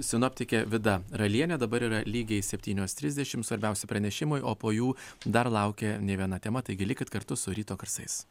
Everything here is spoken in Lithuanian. sinoptikė vida ralienė dabar yra lygiai septynios trisdešimt svarbiausi pranešimui o po jų dar laukia ne viena tema taigi likit kartu su ryto garsais